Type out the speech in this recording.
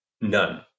none